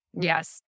Yes